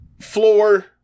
floor